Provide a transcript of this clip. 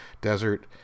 Desert